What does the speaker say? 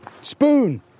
Spoon